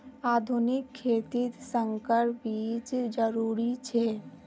आधुनिक खेतित संकर बीज जरुरी छे